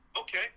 okay